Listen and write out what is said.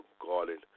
garden